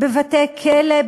בבתי-כלא,